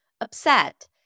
upset